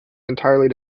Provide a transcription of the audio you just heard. entirely